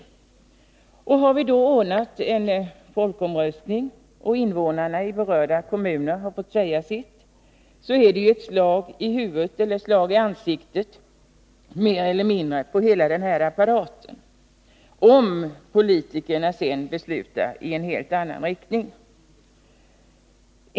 Har vi då satt i gång denna apparat och ordnat en folkomröstning, där invånarna i berörda kommuner har fått säga sitt, är det mer eller mindre ett slag i ansiktet på kommunmedlemmarna, om politikerna sedan beslutar i en helt annan riktning.